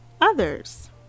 others